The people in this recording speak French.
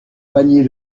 panier